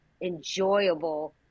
enjoyable